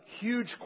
huge